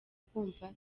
kumva